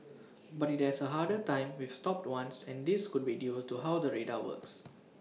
but IT has A harder time with stopped ones and this could be due to how the radar works